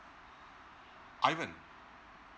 Ivan